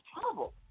trouble